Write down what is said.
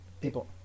people